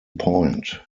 point